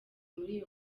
muri